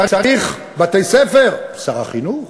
צריך בתי-ספר, שר החינוך.